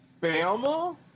Bama